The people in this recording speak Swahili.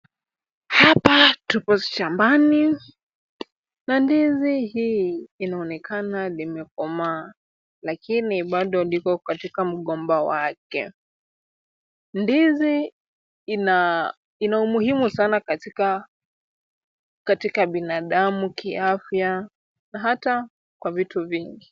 Hapa tuko shambani na ndizi hii inaonekana imekomaa, lakini bado inaonekana iko katika mgomba wake. Ndizi ina umuhimu sana katika binadamu kiafya na hata kwa vitu vingi.